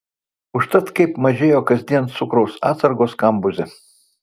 užtat kaip mažėjo kasdien cukraus atsargos kambuze